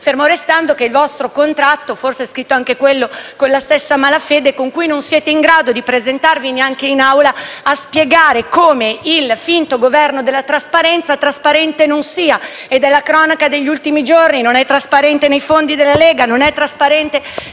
che forse anche il vostro contratto è scritto con la stessa malafede con cui non siete neanche in grado di presentarvi in Aula a spiegare come il finto Governo della trasparenza trasparente non sia ed è la cronaca degli ultimi giorni: non è trasparente nei fondi della Lega, non è trasparente